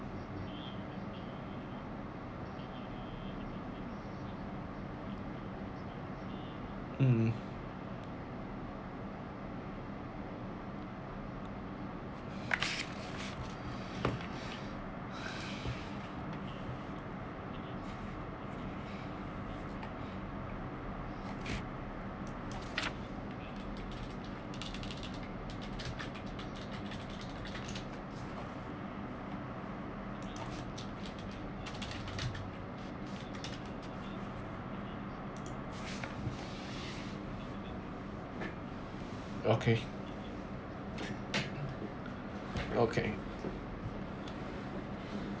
mm okay okay